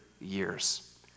years